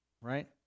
Right